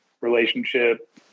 relationship